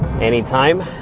anytime